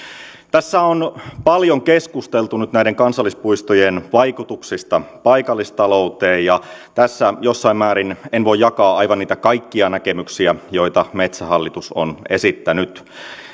tässä on paljon keskusteltu nyt näiden kansallispuistojen vaikutuksista paikallistalouteen ja tässä jossain määrin en voi jakaa aivan kaikkia niitä näkemyksiä joita metsähallitus on esittänyt